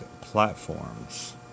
platforms